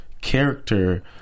character